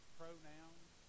pronouns